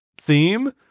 theme